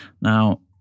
Now